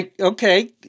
okay